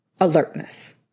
alertness